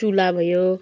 चुल्हा भयो